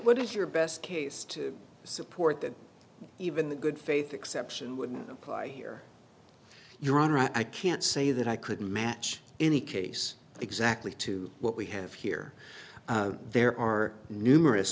what is your best case to support that even the good faith exception wouldn't apply here your honor i can't say that i could match any case exactly to what we have here there are numerous